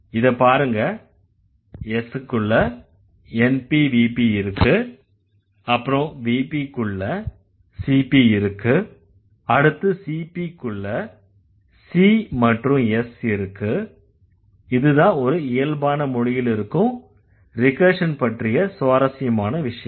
இதைப்பாருங்க S க்குள்ள NP VP இருக்கு அப்புறம்VP க்குள்ள CP இருக்கு அடுத்துCP க்குள்ள C மற்றும் S இருக்கு இதுதான் ஒரு இயல்பான மொழியில் இருக்கும் ரிகர்ஷன் பற்றிய சுவாரஸ்யமான விஷயம்